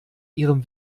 ihrem